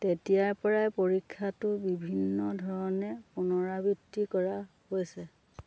তেতিয়াৰ পৰাই পৰীক্ষাটো বিভিন্ন ধৰণে পুনৰাবৃত্তি কৰা হৈছে